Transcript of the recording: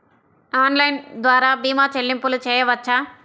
Online ద్వార భీమా చెల్లింపులు చేయవచ్చా?